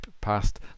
past